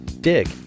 dig